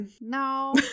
No